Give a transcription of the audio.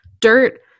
dirt